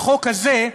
החוק הזה,